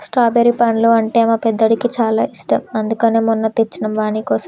strawberry పండ్లు అంటే మా పెద్దోడికి చాలా ఇష్టం అందుకనే మొన్న తెచ్చినం వానికోసం